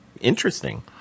interesting